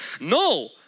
No